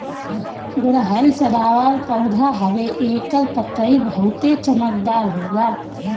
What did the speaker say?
गुड़हल सदाबाहर पौधा हवे एकर पतइ बहुते चमकदार होला